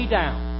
down